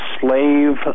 slave